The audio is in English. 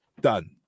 done